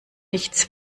nichts